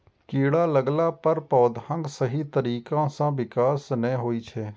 कीड़ा लगला पर पौधाक सही तरीका सं विकास नै होइ छै